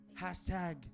Hashtag